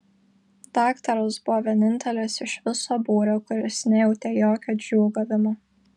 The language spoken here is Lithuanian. daktaras buvo vienintelis iš viso būrio kuris nejautė jokio džiūgavimo